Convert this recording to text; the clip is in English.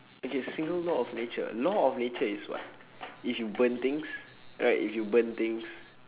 okay single law of nature law of nature is what if you burn things right if you burn things